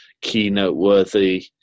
keynote-worthy